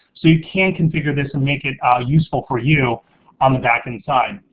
so you can configure this and make it useful for you um back inside.